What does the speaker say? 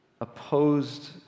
opposed